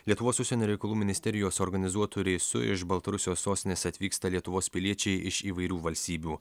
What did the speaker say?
lietuvos užsienio reikalų ministerijos organizuotu reisu iš baltarusijos sostinės atvyksta lietuvos piliečiai iš įvairių valstybių